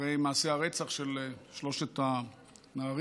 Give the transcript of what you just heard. אחרי מעשה הרצח של שלושת הנערים,